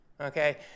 Okay